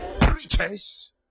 preachers